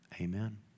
Amen